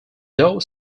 though